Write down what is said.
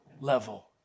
level